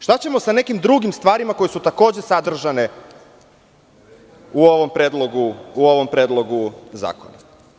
Šta ćemo sa nekim drugim stvarima koje su takođe sadržane u ovom predlogu zakona?